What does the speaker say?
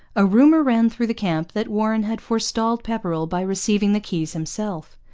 a rumour ran through the camp that warren had forestalled pepperrell by receiving the keys himself.